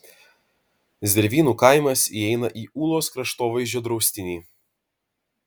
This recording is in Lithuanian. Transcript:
zervynų kaimas įeina į ūlos kraštovaizdžio draustinį